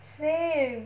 same